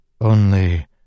Only